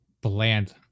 bland